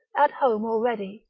at home already,